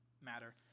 matter